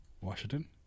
Washington